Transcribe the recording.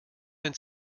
dein